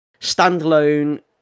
standalone